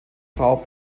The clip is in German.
frau